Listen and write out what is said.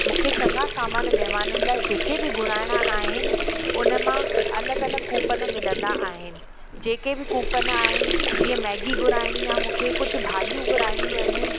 मूंखे चङा सामान महिमाननि लाइ जेके बि घुराइणा आहिनि उन मां अलॻि अलॻि कूपन मिलंदा आहिनि जेके बि कूपन आहिनि जीअं मैगी घुराइणी आहे मूंखे कुझु भाॼियूं घुराइणियूं आहिनि